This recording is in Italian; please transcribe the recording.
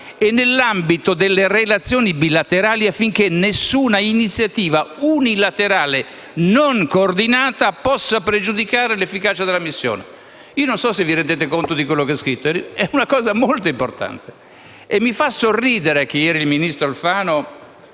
e nell'ambito delle relazioni bilaterali affinché nessuna iniziativa unilaterale non coordinata possa pregiudicare l'efficacia della missione». Non so se vi rendete conto di quello che c'è scritto: è una cosa molto importante. Mi fa sorridere il fatto che ieri il ministro Alfano